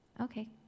Okay